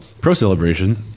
Pro-celebration